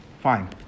fine